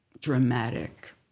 dramatic